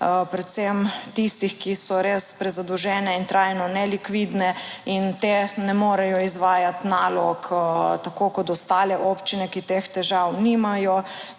predvsem tistih, ki so res prezadolžene in trajno nelikvidne in te ne morejo izvajati nalog tako kot ostale občine, ki teh težav nimajo